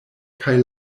kaj